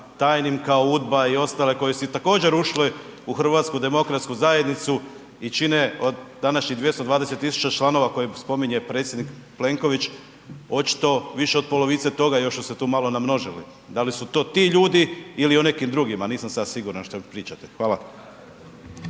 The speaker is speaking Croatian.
tajnim kao UDBA i ostale koje su također ušle u HDZ i čine od današnjih 220.000 članova koje spominje predsjednik Plenković očito više od polovice toga još su se tu malo namnožili. Da li su to ti ljudi ili o nekim drugima, nisam sad siguran što pričate? Hvala.